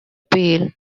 pale